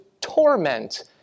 torment